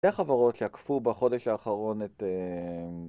שתי חברות שעקפו בחודש האחרון את...